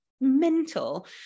mental